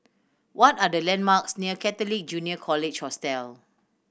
what are the landmarks near Catholic Junior College Hostel